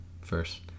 First